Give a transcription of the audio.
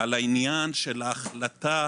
על העניין של ההחלטה,